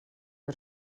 per